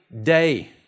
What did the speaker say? day